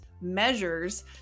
measures